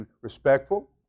respectful